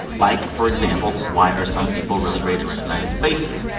like, for example, why are some people really great at recognizing faces?